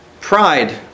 Pride